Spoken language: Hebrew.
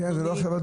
כן, זה לא הדיון.